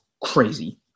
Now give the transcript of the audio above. crazy